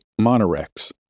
Monorex